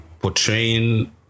portraying